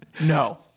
no